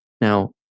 Now